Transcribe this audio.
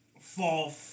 fall